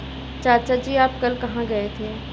चाचा जी आप कल कहां गए थे?